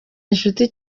inshuti